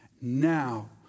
Now